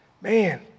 man